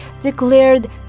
declared